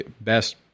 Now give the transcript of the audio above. best